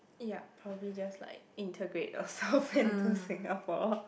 yeah probably just like integrate yourself into Singapore